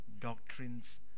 doctrines